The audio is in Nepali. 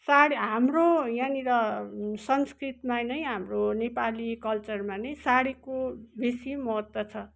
साडी हाम्रो यहाँनेर संस्कृतमा नै हाम्रो नेपाली कलचरमा नै साडीको बेसी महत्त्व छ